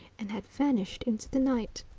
and had vanished into the night.